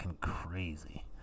crazy